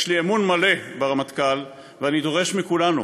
יש לי אמון מלא ברמטכ"ל, ואני דורש מכולנו: